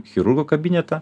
chirurgo kabinetą